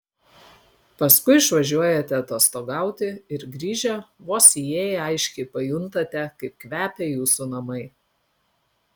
paskui išvažiuojate atostogauti ir grįžę vos įėję aiškiai pajuntate kaip kvepia jūsų namai